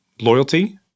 loyalty